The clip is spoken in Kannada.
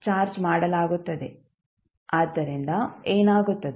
ಆದ್ದರಿಂದ ಏನಾಗುತ್ತದೆ